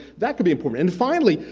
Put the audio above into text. that could be important. and finally,